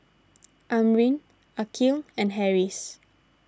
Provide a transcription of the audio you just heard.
Amrin Aqil and Harris